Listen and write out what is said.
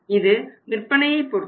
இது விற்பனையை பொருத்தது